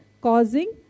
causing